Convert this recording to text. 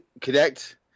Connect